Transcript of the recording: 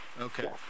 Okay